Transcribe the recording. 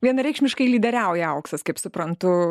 vienareikšmiškai lyderiauja auksas kaip suprantu